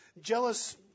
jealous